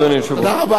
אדוני היושב-ראש.